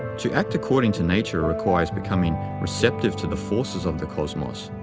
to act according to nature requires becoming receptive to the forces of the cosmos,